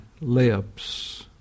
lips